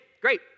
Great